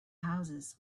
houses